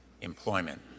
employment